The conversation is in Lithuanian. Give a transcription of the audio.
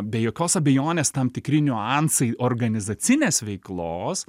be jokios abejonės tam tikri niuansai organizacinės veiklos